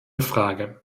frage